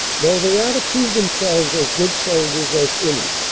though they are to prove themselves as good soldiers as any.